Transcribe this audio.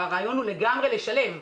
הרעיון הוא לגמרי לשלב.